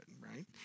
right